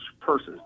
purses